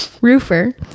roofer